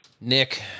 nick